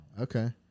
okay